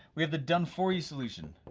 we have the done for you solution.